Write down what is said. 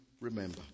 remember